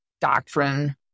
doctrine